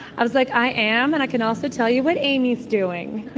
i was like, i am. and i can also tell you what amy's doing.